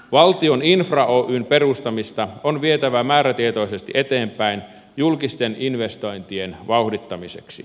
valtion infra oyn perustamista on vietävä määrätietoisesti eteenpäin julkisten investointien vauhdittamiseksi